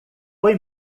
foi